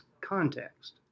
context